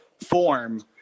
form